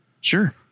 Sure